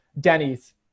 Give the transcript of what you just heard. Denny's